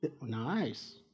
Nice